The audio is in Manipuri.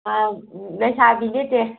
ꯂꯩꯁꯥꯕꯤꯅꯤ ꯆꯦ